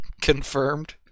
Confirmed